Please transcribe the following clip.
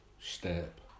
step